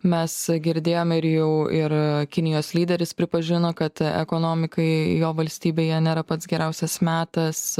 mes girdėjome ir jau ir kinijos lyderis pripažino kad ekonomikai jo valstybėje nėra pats geriausias metas